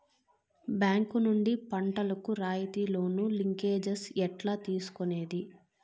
Bank నుండి పంటలు కు రాయితీ లోను, లింకేజస్ ఎట్లా తీసుకొనేది?